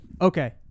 Okay